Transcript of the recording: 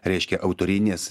reiškia autorines